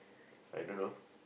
I don't know